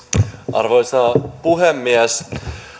arvoisa puhemies